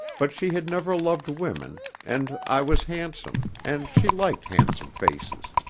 but she had never loved women, and i was handsome, and she liked handsome faces.